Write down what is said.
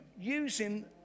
using